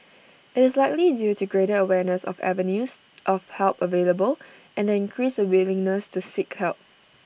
IT is likely due to greater awareness of avenues of help available and the increased willingness to seek help